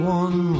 one